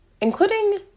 including